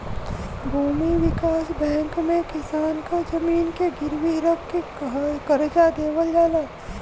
भूमि विकास बैंक में किसान क जमीन के गिरवी रख के करजा देवल जाला